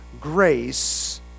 grace